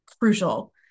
crucial